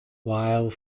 while